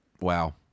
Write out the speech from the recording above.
wow